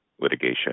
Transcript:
litigation